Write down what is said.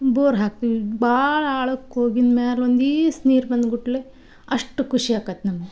bore ಹಾಕ್ತೀವಿ ಭಾಳ ಆಳಕ್ಕೆ ಹೋಗಿಂದ ಮ್ಯಾಲೆ ಒಂದೀಸು ನೀರು ಬಂದ ಗುಟ್ಲೆ ಅಷ್ಟು ಖುಷಿ ಆಕತ್ತೆ ನಮ್ಗೆ